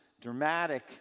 dramatic